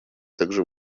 также